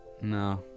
No